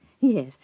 Yes